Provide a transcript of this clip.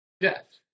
death